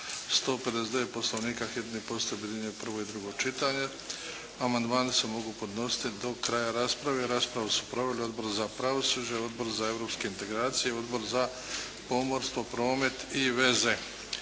159. Poslovnika hitni postupak objedinjuje prvo i drugo čitanje. Amandmani se mogu podnositi do kraja rasprave. Raspravu su proveli Odbor za pravosuđe, Odbor za europske integracije, Odbor za pomorstvo, promet i veze.